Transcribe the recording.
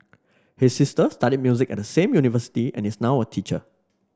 his sister studied music at the same university and is now a teacher